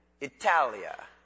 Italia